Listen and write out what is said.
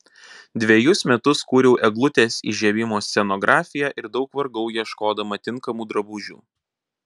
dvejus metus kūriau eglutės įžiebimo scenografiją ir daug vargau ieškodama tinkamų drabužių